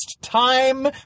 time